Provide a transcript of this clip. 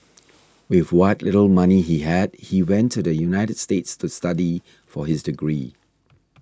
with what little money he had he went to the United States to study for his degree